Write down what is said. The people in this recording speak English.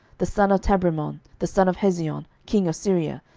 the son of tabrimon, the son of hezion, king of syria,